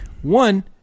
One